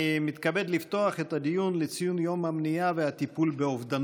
אני מתכבד לפתוח את הדיון לציון היום למניעת אובדנות